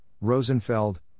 Rosenfeld